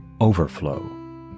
overflow